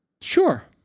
Sure